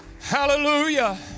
Hallelujah